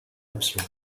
option